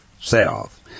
south